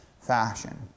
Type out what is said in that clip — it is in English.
fashion